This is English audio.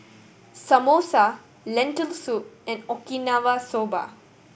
Samosa Lentil Soup and Okinawa Soba